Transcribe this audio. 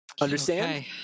Understand